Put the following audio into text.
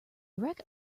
wreck